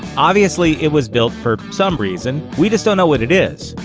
obviously it was built for some reason we just don't know what it is.